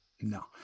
No